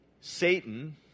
Satan